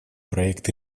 проект